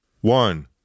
One